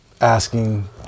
asking